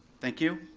thank you.